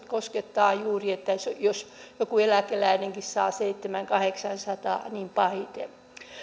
koskettavat juuri sitä jos joku eläkeläinenkin saa seitsemänsataa viiva kahdeksansataa pahiten